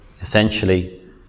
essentially